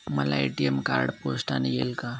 मला ATM card पोस्टाने येईल का?